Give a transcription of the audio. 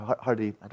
hardly